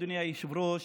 אדוני היושב-ראש,